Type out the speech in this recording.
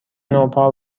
نوپا